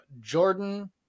Jordan